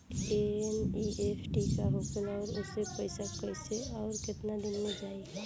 NEFT का होखेला और ओसे पैसा कैसे आउर केतना दिन मे जायी?